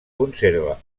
conserva